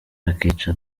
bakica